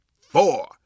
four